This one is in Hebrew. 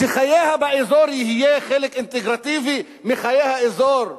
שחייה באזור יהיו חלק אינטגרלי של חיי האזור.